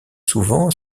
souvent